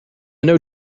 know